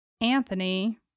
Anthony